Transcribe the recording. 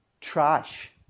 trash